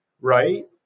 Right